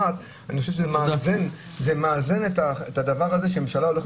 אני חושב שזה מאזן את הדבר הזה שהממשלה הולכת